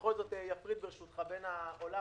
בכל זאת אפריד, ברשותך, בין עולם